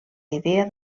idea